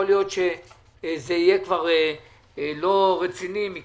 יכול להיות שזה יהיה לא רציני כי